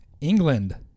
England